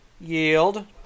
Yield